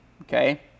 okay